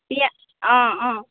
পিঁয়া অঁ অঁ